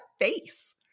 face